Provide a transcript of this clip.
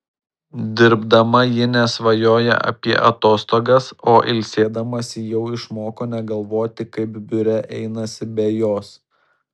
dirbdama ji nesvajoja apie atostogas o ilsėdamasi jau išmoko negalvoti kaip biure einasi be jos